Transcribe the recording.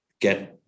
get